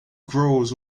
groves